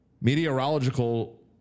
Meteorological